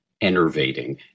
enervating